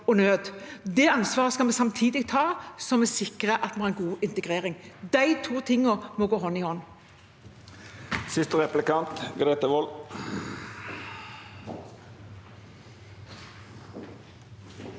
Det ansvaret skal vi samtidig ta, så vi sikrer at vi har god integrering. De to tingene må gå hånd i hånd. Grete Wold